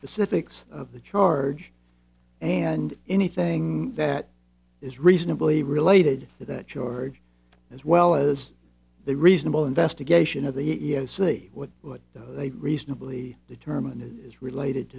specifics of the charge and anything that is reasonably related to that charge as well as the reasonable investigation of the e e o c what would they reasonably determine is related